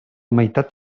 meitat